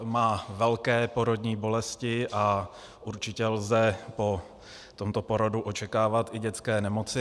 Má velké porodní bolesti a určitě lze po tomto porodu očekávat i dětské nemoci.